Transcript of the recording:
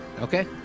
Okay